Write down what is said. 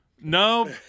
No